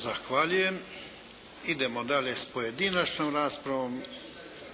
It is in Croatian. Zahvaljujem. Idemo dalje s pojedinačnom raspravom.